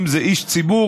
אם זה איש ציבור,